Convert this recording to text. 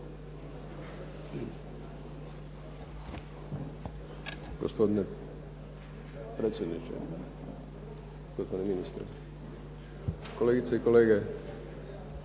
Gospodine predsjedniče, gospodine ministre, kolegice i kolege.